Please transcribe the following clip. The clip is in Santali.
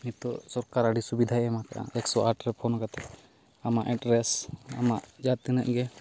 ᱱᱤᱛᱚᱜ ᱥᱚᱨᱠᱟᱨ ᱟᱹᱰᱤ ᱥᱩᱵᱤᱫᱷᱟᱭ ᱮᱢ ᱠᱟᱜᱼᱟ ᱮᱠᱥᱚ ᱟᱴᱨᱮ ᱯᱷᱳᱱ ᱠᱟᱛᱮᱫ ᱟᱢᱟᱜ ᱮᱰᱰᱨᱮᱥ ᱟᱢᱟᱜ ᱡᱟᱦᱟᱸ ᱛᱤᱱᱟᱹᱜ ᱜᱮ